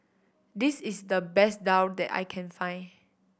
this is the best daal that I can find